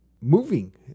moving